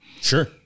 Sure